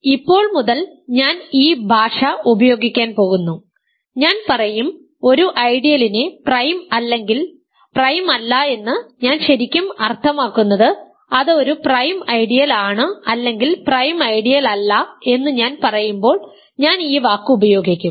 അതിനാൽ ഇപ്പോൾ മുതൽ ഞാൻ ഈ ഭാഷ ഉപയോഗിക്കാൻ പോകുന്നു ഞാൻ പറയും ഒരു ഐഡിയലിനെ പ്രൈം അല്ലെങ്കിൽ പ്രൈം അല്ല എന്ന് ഞാൻ ശരിക്കും അർത്ഥമാക്കുന്നത് അത് ഒരു പ്രൈം ഐഡിയൽ ആണ് അല്ലെങ്കിൽ പ്രൈം ഐഡിയൽ അല്ല എന്നു ഞാൻ പറയുമ്പോൾ ഞാൻ ഈ വാക്ക് ഉപയോഗിക്കും